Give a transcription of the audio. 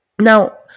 Now